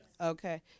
Okay